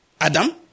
Adam